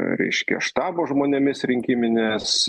reiškia štabo žmonėmis rinkiminės